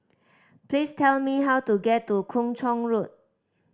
please tell me how to get to Kung Chong Road